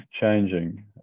changing